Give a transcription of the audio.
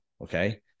Okay